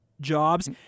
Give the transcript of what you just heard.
jobs